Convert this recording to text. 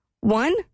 One